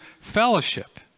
fellowship